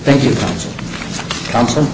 thank you come from